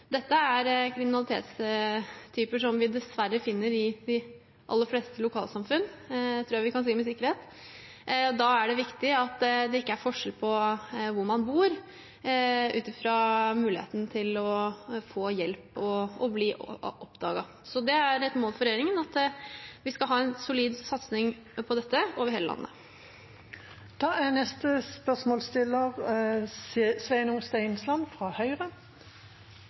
Dette er kriminalitetstyper som vi dessverre finner i de aller fleste lokalsamfunn – det tror jeg vi kan si med sikkerhet. Da er det viktig at det ikke er forskjell på hvor man bor, med tanke på muligheten til å få hjelp og å bli oppdaget. Det er et mål for regjeringen at vi skal ha en solid satsing på dette over hele landet. «I desember vant Elefun anbud om levering av omtrent 300 droner fra